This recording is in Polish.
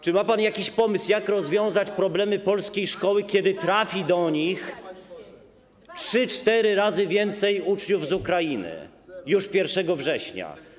Czy ma pan jakiś pomysł, jak rozwiązać problemy polskich szkół, kiedy trafi do nich trzy, cztery razy więcej uczniów z Ukrainy już 1 września?